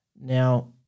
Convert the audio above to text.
Now